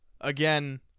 Again